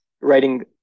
writing